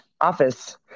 office